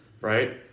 right